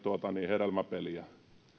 hedelmäpeliä